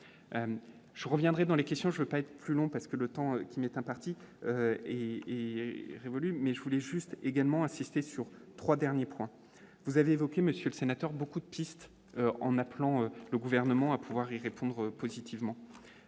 je reviendrai dans les questions, je veux pas être plus long parce que le temps qui m'est imparti est révolu, mais je voulais juste également insister sur 3 derniers points, vous avez évoqué, monsieur le sénateur, beaucoup de pistes, en appelant le gouvernement à pouvoir y répondre positivement,